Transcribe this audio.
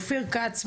אופיר כץ,